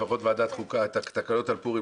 לפחות ועדת החוקה לא תאשר את התקנות על פורים,